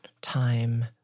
time